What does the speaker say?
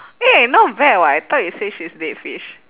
eh not bad [what] I thought you say she's dead fish